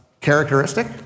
characteristic